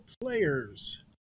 players